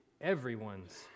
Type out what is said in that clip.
everyone's